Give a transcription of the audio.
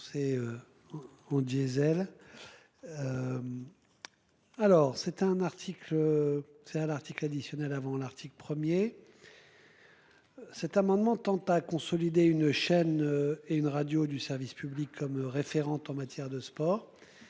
C'est un article additionnel avant l'article 1er. Cet amendement tend à consolider une chaîne et une radio du service public comme référence en matière de sport.